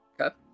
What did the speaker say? Okay